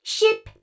Ship